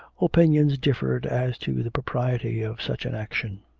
opinions differed as to the propriety of such an action.